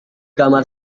kamar